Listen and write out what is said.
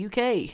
UK